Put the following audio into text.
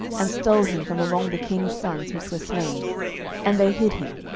and stole him from among the king's sons which were slain and they hid him,